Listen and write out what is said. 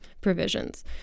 provisions